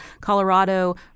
Colorado